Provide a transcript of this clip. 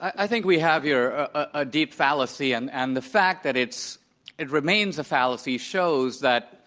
i think we have here a deep fallacy. and and the fact that it remains a fallacy shows that